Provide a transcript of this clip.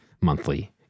monthly